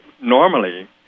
normally